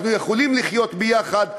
אנחנו יכולים לחיות ביחד.